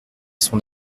son